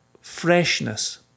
freshness